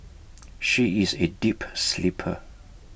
she is A deep sleeper